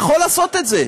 יכול לעשות את זה.